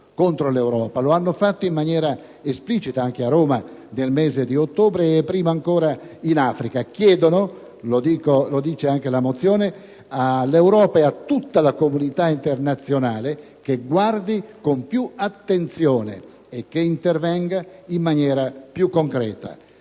contro l'Europa. Lo hanno fatto in maniera esplicita anche a Roma nel mese di ottobre, e prima ancora in Africa; chiedono, come dice anche la nostra mozione, all'Europa ed a tutta la comunità internazionale di guardare con più attenzione e di intervenire in maniera più concreta.